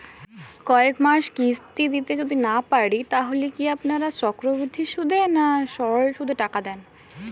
কয়েক মাস কিস্তি দিতে যদি না পারি তাহলে কি আপনারা চক্রবৃদ্ধি সুদে না সরল সুদে টাকা দেন?